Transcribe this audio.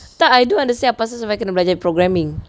tak I don't understand apa pasal sampai kena belajar programming